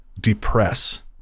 depress